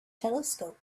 telescope